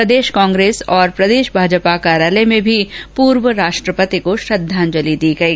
प्रदेश कांग्रेस और प्रदेश भाजपा कार्यालय में भी पूर्व राष्ट्रपति को श्रद्धांजलि दी गई